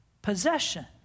Possession